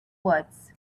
woods